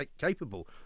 capable